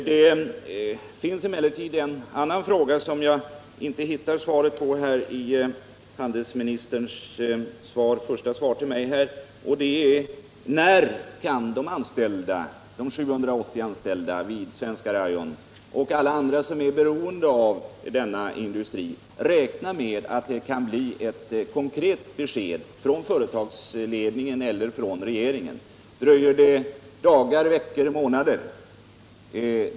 Det finns emellertid en annan fråga som jag inte hittar svaret på i handelsministerns första svar till mig, och det är: När kan de 780 anställda vid Svenska Rayon och alla andra som är beroende av denna industri räkna med ett konkret besked, från företagsledningen eller från regeringen? Dröjer det dagar, veckor eller månader?